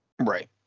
right